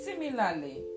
Similarly